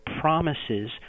promises